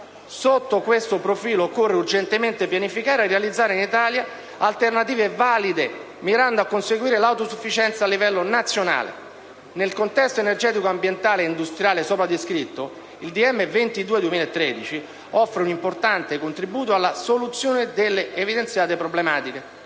Sotto questo profilo, occorre urgentemente pianificare e realizzare in Italia alternative valide, mirando a conseguire l'autosufficienza a livello nazionale. Nel contesto energetico, ambientale e industriale sopra descritto, il decreto ministeriale n. 22 del 2013 offre un importante contributo alla soluzione delle evidenziate problematiche.